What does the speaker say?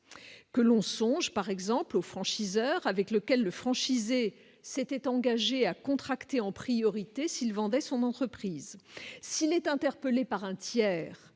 que l'on songe par exemple. Le franchiseur avec lequel le franchisé s'était engagé à contracter en priorité s'il vendait son entreprise s'il est interpellé par un tiers,